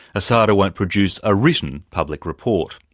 asada won't produce a written public report,